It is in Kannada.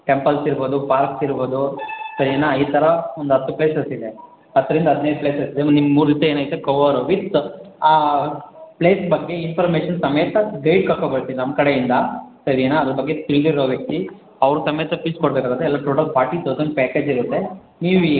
ಟೆಂಪಲ್ಸ್ ಇರ್ಬೋದು ಪಾರ್ಕ್ಸ್ ಇರ್ಬೋದು ಸರಿನಾ ಈ ಥರ ಒಂದು ಹತ್ತು ಪ್ಲೇಸಸ್ ಇದೆ ಹತ್ತರಿಂದ ಹದಿನೈದು ಪ್ಲೇಸಸ್ ಇದೆ ನಿಮ್ಮ ಮೂರು ದಿವಸ ಏನು ಐತೆ ಕವರು ವಿತ್ ಆ ಪ್ಲೇಸ್ ಬಗ್ಗೆ ಇನ್ಫಾರ್ಮೇಷನ್ ಸಮೇತ ಗೈಡ್ ಕರ್ಕೊ ಬರ್ತೀವಿ ನಮ್ಮ ಕಡೆಯಿಂದ ಸರಿನಾ ಅದರ ಬಗ್ಗೆ ತಿಳಿದಿರೋ ವ್ಯಕ್ತಿ ಅವರ ಸಮೇತ ಫೀಜ್ ಕೊಡಬೇಕಾಗುತ್ತೆ ಫಾರ್ಟಿ ತೌಸಂಡ್ ಪ್ಯಾಕೇಜ್ ಇರುತ್ತೆ ನೀವು ಈ